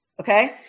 Okay